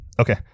Okay